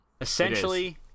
Essentially